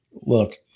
Look